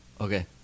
Okay